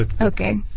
Okay